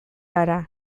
gara